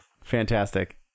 Fantastic